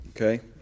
Okay